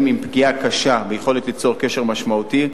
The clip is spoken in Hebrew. עם פגיעה קשה ביכולת ליצור קשר משמעותי,